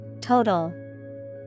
Total